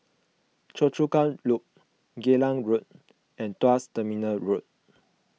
Choa Chu Kang Loop Geylang Road and Tuas Terminal Road